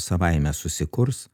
savaime susikurs